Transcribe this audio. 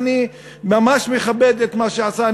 ואני ממש מכבד את מה שהוא עשה,